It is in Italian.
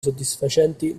soddisfacenti